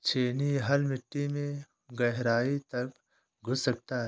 छेनी हल मिट्टी में गहराई तक घुस सकता है